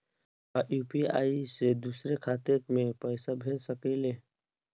का यू.पी.आई से दूसरे के खाते में पैसा भेज सकी ले?